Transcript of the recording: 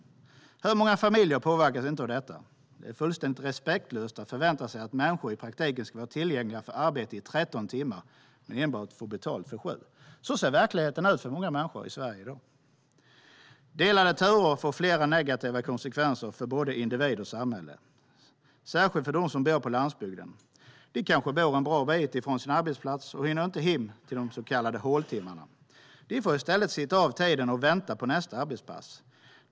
Hur många familjer påverkas inte av detta? Det är fullständigt respektlöst att förvänta sig att människor i praktiken ska vara tillgängliga för arbete i 13 timmar, men enbart få betalt för 7. Så ser verkligheten ut för många människor i Sverige. Delade turer får flera negativa konsekvenser för både individ och samhälle, särskilt för dem som bor på landsbygden. De kanske bor långt från sin arbetsplats och hinner inte hem på de så kallade håltimmarna. De får i stället sitta av tiden och vänta på nästa arbetspass.